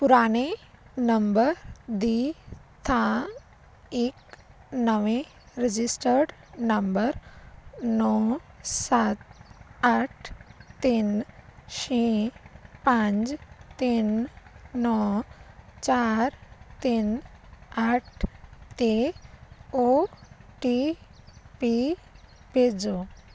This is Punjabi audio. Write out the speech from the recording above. ਪੁਰਾਣੇ ਨੰਬਰ ਦੀ ਥਾਂ ਇੱਕ ਨਵੇਂ ਰਜਿਸਟਰਡ ਨੰਬਰ ਨੌਂ ਸੱਤ ਅੱਠ ਤਿੰਨ ਛੇ ਪੰਜ ਤਿੰਨ ਨੌਂ ਚਾਰ ਤਿੰਨ ਅੱਠ 'ਤੇ ਓ ਟੀ ਪੀ ਭੇਜੋ